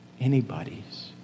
Anybody's